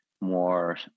more